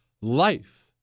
life